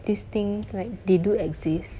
these things like they do exist